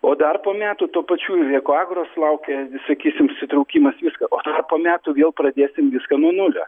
o dar po metų tų pačių ir ekoagros laukia sakysim susitraukimas viską o tada po metų vėl pradėsim viską nuo nulio